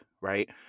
right